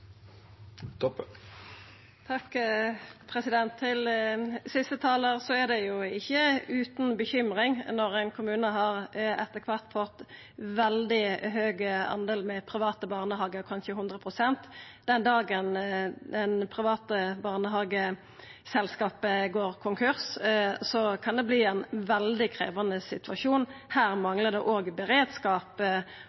Til siste talar: Det er ikkje utan uro når ein kommune etter kvart har fått ein veldig stor del private barnehagar, kanskje 100 pst. Den dagen det private barnehageselskapet går konkurs, kan det verta ein veldig krevjande situasjon.